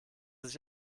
sich